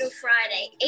Friday